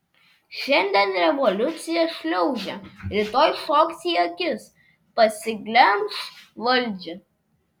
šiandien revoliucija šliaužia rytoj šoks į akis pasiglemš valdžią